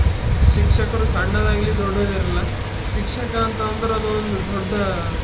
ಶಿಕ್ಷಕರು ಸಣ್ಣದಾಗಲಿ ದೊಡ್ಡದಿರಲ್ಲ ಶಿಕ್ಷಕ ಅಂತಂದ್ರೆ ಅದೊಂದು ದೊಡ್ಡ